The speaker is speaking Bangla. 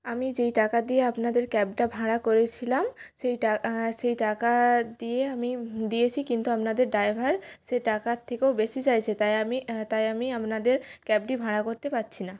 আমি যেই টাকা দিয়ে আপনাদের ক্যাবটা ভাড়া করেছিলাম সেই সেই টাকা দিয়ে আমি দিয়েছি কিন্তু আপনাদের ড্রাইভার সে টাকার থেকেও বেশি চাইছে তাই আমি তাই আমি আপনাদের ক্যাবটি ভাড়া করতে পারছি না